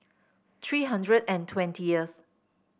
three hundred and twentieth